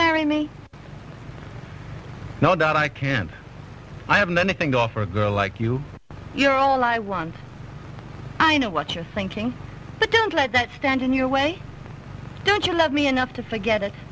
marry me now that i can't i haven't anything to offer a girl like you you're all i want i know what you're thinking but don't let that stand in your way don't you love me enough to forget it